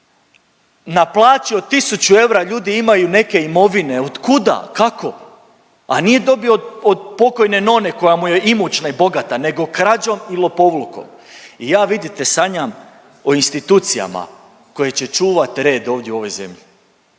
na plaći od tisuću eura ljudi imaju neke imovine, otkuda, kako, a nije dobio od, od pokojne none koja mu je imućna i bogata nego krađom i lopovlukom. I ja vidite sanjam o institucijama koje će čuvat red ovdje u ovoj zemlji,